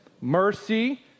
mercy